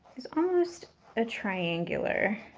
is almost a triangular